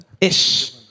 Ish